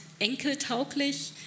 Enkeltauglich